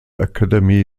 academy